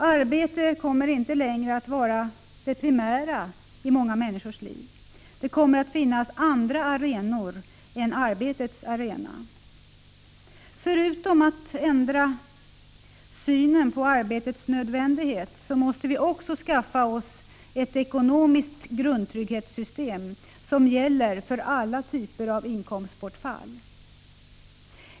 Arbetet kommer inte längre att vara det primära i många människors liv. Det kommer att finnas andra arenor än arbetets arena. Förutom att vi måste ändra synen på arbetet som en nödvändighet måste vi skaffa oss ett ekonomiskt grundtrygghetssystem som gäller för alla typer av inkomstbortfall.